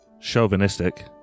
Chauvinistic